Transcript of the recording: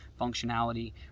functionality